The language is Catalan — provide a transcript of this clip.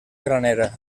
granera